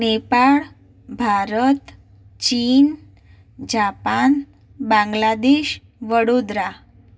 Nepal Bharat Chin Japan Bangladesh Vadodara